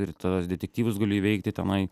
ir tuos detektyvus galiu įveikti tenai